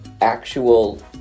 actual